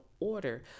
order